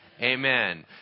Amen